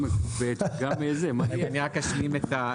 בחוק